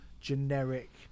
generic